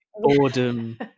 boredom